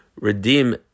redeem